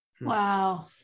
Wow